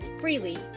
freely